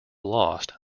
lost